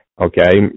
Okay